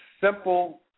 simple